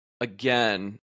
Again